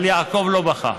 אבל יעקב לא בכה,